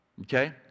okay